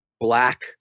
black